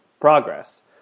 progress